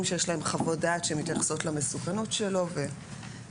שיש להם חוות דעת שמתייחסות למסוכנות שלו וכו'.